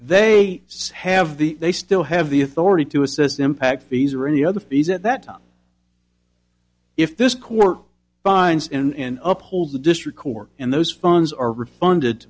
they have the they still have the authority to assist impact fees or any other fees at that time if this court finds in uphold the district court and those funds are refunded